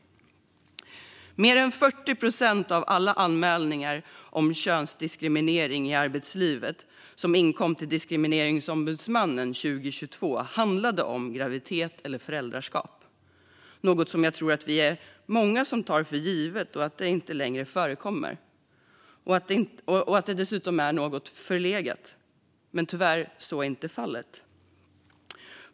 Mer än 40 procent av alla anmälningar om könsdiskriminering i arbetslivet som inkom till Diskrimineringsombudsmannen 2022 handlade om diskriminering på grund av graviditet eller föräldraskap, något som jag tror att vi är många som tar för givet att det inte längre förekommer och att det är förlegat. Tyvärr är så inte fallet.